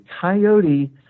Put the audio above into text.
Coyote